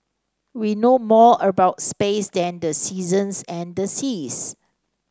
we know more about space than the seasons and the seas